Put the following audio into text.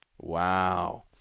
Wow